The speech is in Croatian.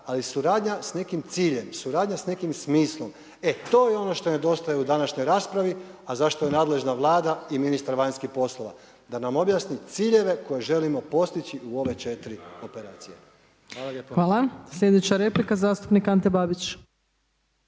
ali suradnja s nekim ciljem, suradnja s nekim smislom e to je ono što nedostaje u današnjoj raspravi a zašto je nadležna Vlada i ministar vanjskih poslova da nam objasni ciljeve koje želimo postići u ove četiri operacije. Hvala lijepo. **Opačić,